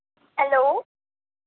hello